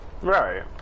Right